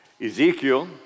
Ezekiel